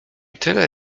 tyle